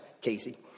Casey